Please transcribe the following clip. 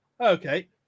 Okay